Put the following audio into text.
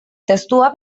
testua